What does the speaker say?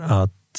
att